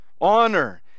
honor